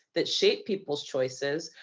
that shape people's choices,